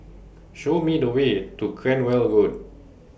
Show Me The Way to Cranwell Road